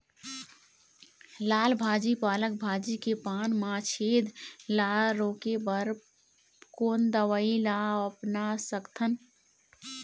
लाल भाजी पालक भाजी के पान मा छेद ला रोके बर कोन दवई ला अपना सकथन?